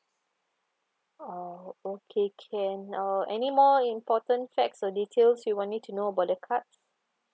oh okay can uh any more important facts or details you want me to know about the card